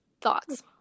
Thoughts